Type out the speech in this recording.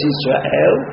Israel